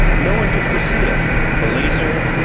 no one could foresee it the laser,